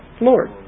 Lord